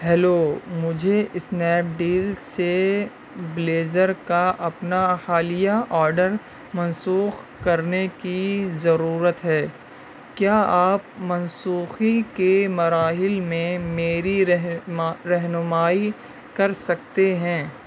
hello مجھے Snapdeal سے blazer کا اپنا حالیہ آڈر منسوخ کرنے کی ضرورت ہے کیا آپ منسوخی کے مراحل میں میری رہنمائی کر سکتے ہیں